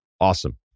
Awesome